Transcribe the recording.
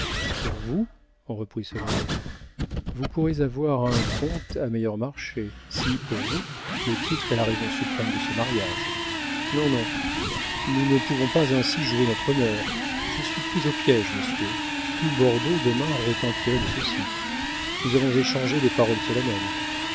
vous reprit solonet vous pourrez avoir un comte à meilleur marché si pour vous le titre est la raison suprême de ce mariage non non nous ne pouvons pas ainsi jouer notre honneur je suis prise au piége monsieur tout bordeaux demain retentirait de ceci nous avons échangé des paroles solennelles